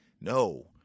no